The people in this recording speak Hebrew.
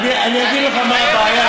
אני מתחייב לך, אני אגיד לך מה הבעיה.